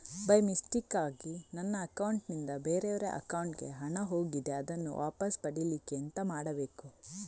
By ಮಿಸ್ಟೇಕಾಗಿ ನನ್ನ account ನಿಂದ ಬೇರೆಯವರ ಅಕೌಂಟ್ ಗೆ ಹಣ ಹೋಗಿದೆ ಅದನ್ನು ವಾಪಸ್ ಪಡಿಲಿಕ್ಕೆ ಎಂತ ಮಾಡಬೇಕು?